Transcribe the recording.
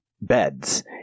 beds